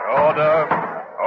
Order